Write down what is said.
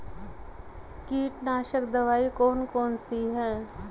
कीटनाशक दवाई कौन कौन सी हैं?